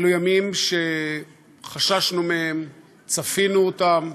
אלו ימים שחששנו מהם, צפינו אותם,